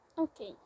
Okay